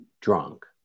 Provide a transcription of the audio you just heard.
drunk